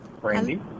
Brandy